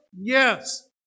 Yes